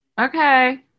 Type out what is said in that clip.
Okay